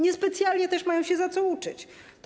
Niespecjalnie też mają się za co uczyć.